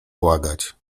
błagać